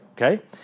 Okay